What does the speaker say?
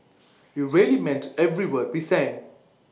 we really meant every word we sang